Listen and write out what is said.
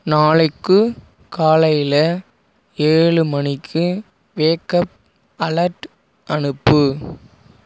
நாளைக்கு காலையில ஏழு மணிக்கு வேக் அப் அலர்ட் அனுப்பு